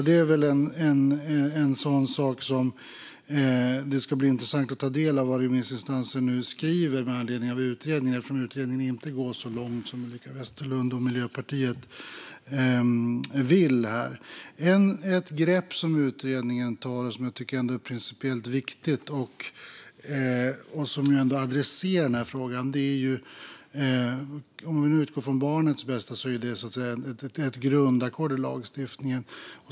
Det ska bli intressant att ta del av vad remissinstanserna skriver om detta med anledning av utredningen. Utredningen går ju inte så långt som Ulrika Westerlund och Miljöpartiet vill. Det finns ett grepp som utredningen tar och som jag tycker är principiellt viktigt och som adresserar denna fråga. Barnets bästa är, så att säga, ett grundackord i lagstiftningen.